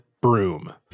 broom